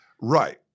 right